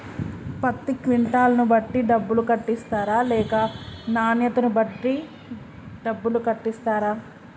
పత్తి క్వింటాల్ ను బట్టి డబ్బులు కట్టిస్తరా లేక నాణ్యతను బట్టి డబ్బులు కట్టిస్తారా?